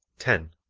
ten.